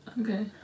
Okay